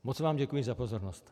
Moc vám děkuji za pozornost.